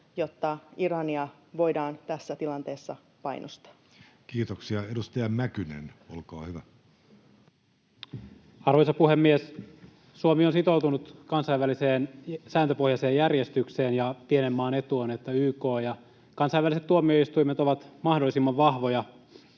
Suomen ulkopolitiikan linjasta (Antti Lindtman sd) Time: 16:25 Content: Arvoisa puhemies! Suomi on sitoutunut kansainväliseen sääntöpohjaiseen järjestykseen, ja pienen maan etu on, että YK ja kansainväliset tuomioistuimet ovat mahdollisimman vahvoja.